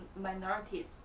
minorities